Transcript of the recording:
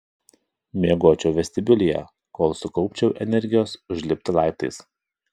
miegočiau vestibiulyje kol sukaupčiau energijos užlipti laiptais